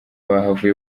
bahavuye